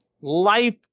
life